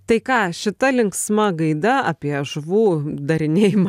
tai ką šita linksma gaida apie žuvų darinėjimą